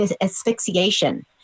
asphyxiation